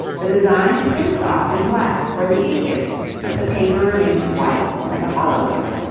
the design prints off in black where the ink is but the paper remains white where the hollows are.